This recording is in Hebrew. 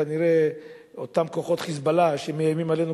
כנראה אותם כוחות "חיזבאללה" שמאיימים עלינו